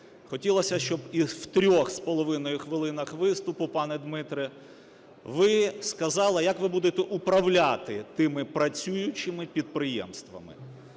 хотілося, щоб і в 3,5 хвилинах виступу, пане Дмитре, ви сказали, як ви будете управляти тими працюючими підприємствами.